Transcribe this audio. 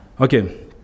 Okay